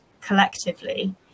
collectively